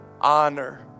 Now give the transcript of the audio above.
honor